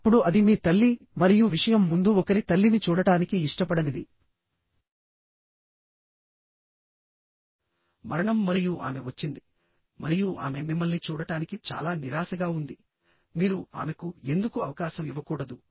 అప్పుడు అది మీ తల్లి మరియు విషయం ముందు ఒకరి తల్లిని చూడటానికి ఇష్టపడనిది మరణం మరియు ఆమె వచ్చింది మరియు ఆమె మిమ్మల్ని చూడటానికి చాలా నిరాశగా ఉంది మీరు ఆమెకు ఎందుకు అవకాశం ఇవ్వకూడదు